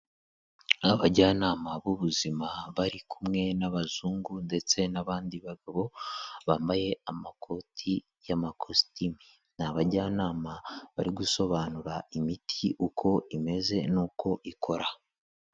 Abajyanama b'ubuzima bari kumwe n'abazungu ndetse n'abandi bagabo, bambaye amakoti y'amakositimu, ni abajyanama bari gusobanura imiti uko imeze n'uko ikora.